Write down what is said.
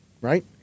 Right